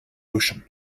ocean